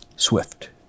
Swift